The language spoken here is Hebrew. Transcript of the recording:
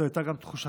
זו הייתה גם תחושת